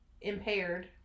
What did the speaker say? impaired